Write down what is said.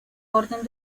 orden